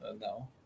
no